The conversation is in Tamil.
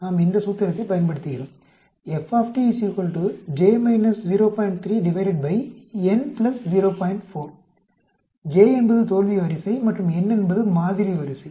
நாம் இந்த சூத்திரத்தைப் பயன்படுத்துகிறோம் j என்பது தோல்வி வரிசை மற்றும் n என்பது மாதிரி வரிசை